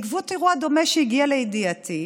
אירוע דומה שהגיע לידיעתי: